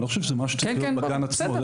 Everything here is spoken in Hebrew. אני לא חושב שזה משהו שצריך להיות בגן עצמו.